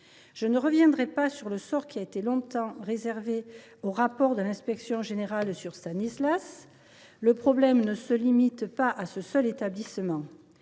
Je ne reviens pas sur le sort longtemps réservé au rapport de l’inspection générale sur Stanislas, car le problème ne se limite pas à ce seul établissement.